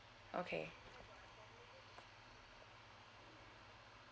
okay